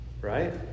Right